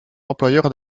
employeurs